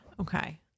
Okay